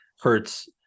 hurts